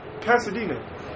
Pasadena